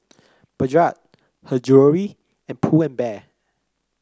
Bajaj Her Jewellery and Pull and Bear